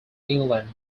england